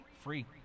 free